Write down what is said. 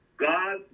God